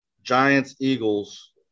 Giants-Eagles